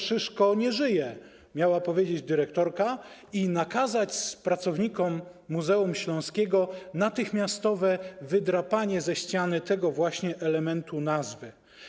Szyszko nie żyje - miała powiedzieć dyrektorka i nakazać pracownikom Muzeum Śląskiego natychmiastowe wydrapanie ze ściany tego właśnie elementu nazwy.